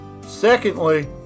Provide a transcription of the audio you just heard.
Secondly